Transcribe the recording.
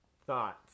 Thoughts